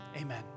Amen